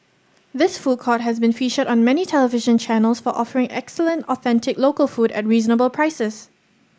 this food court has been featured on many television channels for offering excellent authentic local food at reasonable prices